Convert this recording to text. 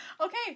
Okay